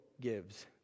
gives